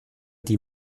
die